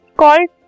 called